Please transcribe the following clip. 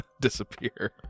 disappear